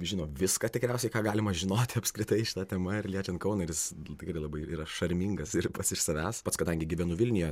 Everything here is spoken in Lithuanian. žino viską tikriausiai ką galima žinoti apskritai šita tema ir liečiant kauną ir jis tikrai labai yra šarmingas ir pats iš savęs pats kadangi gyvenu vilniuje